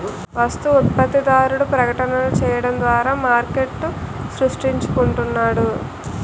వస్తు ఉత్పత్తిదారుడు ప్రకటనలు చేయడం ద్వారా మార్కెట్ను సృష్టించుకుంటున్నాడు